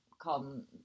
come